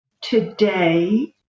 today